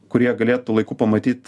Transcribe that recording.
kurie galėtų laiku pamatyt